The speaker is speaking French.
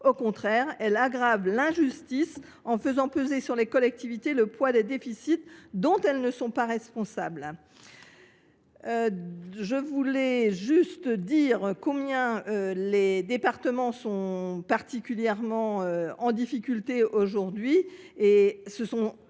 Au contraire, elle aggrave l’injustice en faisant peser sur les collectivités le poids de déficits dont elles ne sont pas responsables. Les départements sont particulièrement en difficulté aujourd’hui.